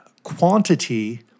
quantity